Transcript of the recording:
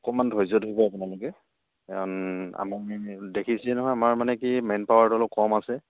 অকণমান ধৈৰ্য ধৰিব আপোনালোকে কাৰণ আমাৰ দেখিছেই নহয় আমাৰ মানে কি মেন পাৱাৰটো অলপ কম আছে